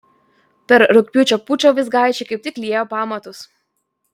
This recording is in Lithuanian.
per rugpjūčio pučą vizgaičiai kaip tik liejo pamatus